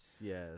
Yes